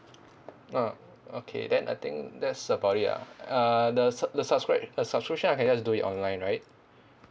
ah okay then I think that's about it ah uh the su~ the subscribe the subscription I can just do it online right